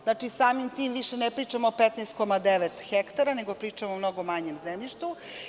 Znači, samim tim više ne pričamo o 15,9 hektara nego o mnogo manjem zemljištu.